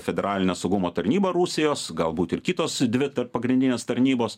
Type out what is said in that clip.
federalinio saugumo tarnyba rusijos galbūt ir kitos dvi pagrindinės tarnybos